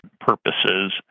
purposes